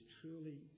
truly